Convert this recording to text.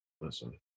Listen